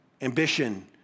Ambition